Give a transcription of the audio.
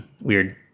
Weird